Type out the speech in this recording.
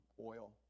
oil